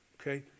okay